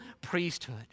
priesthood